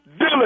Dylan